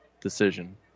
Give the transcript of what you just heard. decision